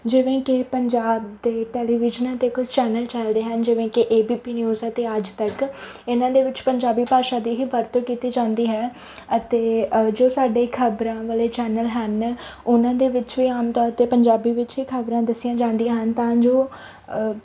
ਜਿਵੇਂ ਕਿ ਪੰਜਾਬ ਦੇ ਟੈਲੀਵਿਜ਼ਨਾਂ 'ਤੇ ਕੁਛ ਚੈਨਲ ਚੱਲਦੇ ਹਨ ਜਿਵੇਂ ਕਿ ਏ ਬੀ ਪੀ ਨਿਊਜ਼ ਅਤੇ ਆਜ ਤੱਕ ਇਹਨਾਂ ਦੇ ਵਿੱਚ ਪੰਜਾਬੀ ਭਾਸ਼ਾ ਦੀ ਹੀ ਵਰਤੋਂ ਕੀਤੀ ਜਾਂਦੀ ਹੈ ਅਤੇ ਜੋ ਸਾਡੇ ਖਬਰਾਂ ਵਾਲੇ ਚੈਨਲ ਹਨ ਉਹਨਾਂ ਦੇ ਵਿੱਚ ਵੀ ਆਮ ਤੌਰ 'ਤੇ ਪੰਜਾਬੀ ਵਿੱਚ ਹੀ ਖਬਰਾਂ ਦੱਸੀਆਂ ਜਾਂਦੀਆਂ ਹਨ ਤਾਂ ਜੋ